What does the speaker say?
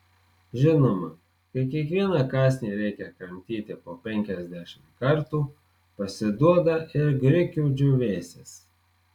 žinoma kai kiekvieną kąsnį reikia kramtyti po penkiasdešimt kartų pasiduoda ir grikių džiūvėsis